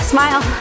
Smile